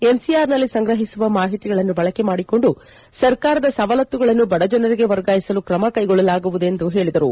ಎನ್ಪಿಆರ್ನಲ್ಲಿ ಸಂಗ್ರಹಿಸುವ ಮಾಹಿತಿಗಳನ್ನು ಬಳಕೆ ಮಾಡಿಕೊಂಡು ಸರ್ಕಾರದ ಸವಲತ್ತುಗಳನ್ನು ಬಡಜನರಿಗೆ ವರ್ಗಾಯಿಸಲು ಕ್ರಮ ಕೈಗೊಳ್ಳಲಾಗುವುದು ಎಂದು ಅವರು ಹೇಳಿದರು